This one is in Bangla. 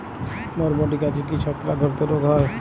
বরবটি গাছে কি ছত্রাক ঘটিত রোগ হয়?